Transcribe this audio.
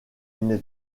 une